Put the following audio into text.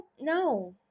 no